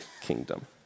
kingdom